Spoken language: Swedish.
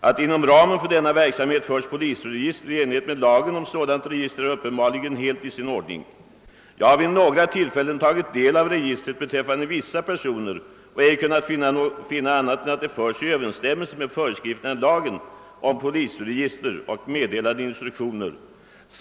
Att inom ramen för denna verksamhet förs polisregister i enlighet med lagen om sådant register är uppenbarligen helt i sin ordning. Jag har vid några tillfällen tagit del av registret beträffande vissa personer och ej kunnat finna annat än att det förs i överensstämmelse med föreskrifterna i lagen om polisregister och meddelade instruktioner.